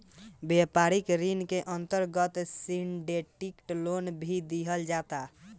व्यापारिक ऋण के अंतर्गत सिंडिकेट लोन भी दीहल जाता